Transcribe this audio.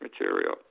material